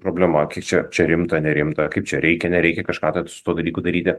problema kiek čia čia rimta nerimta kaip čia reikia nereikia kažką ten su tuo dalyku daryti